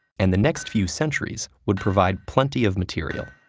and the next few centuries would provide plenty of material.